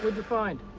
find?